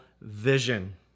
vision